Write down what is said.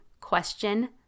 question